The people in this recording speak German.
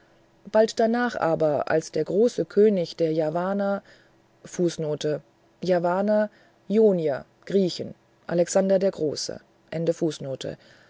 bald danach aber als der große könig der javanerjavaner jonier